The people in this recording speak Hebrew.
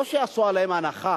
לא שיעשו להם הנחה,